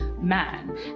man